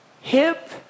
Hip